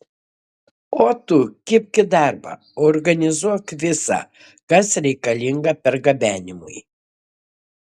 o tu kibk į darbą organizuok visa kas reikalinga pergabenimui